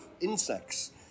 insects